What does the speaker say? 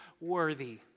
worthy